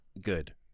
good